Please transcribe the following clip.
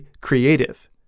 creative